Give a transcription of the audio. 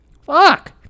Fuck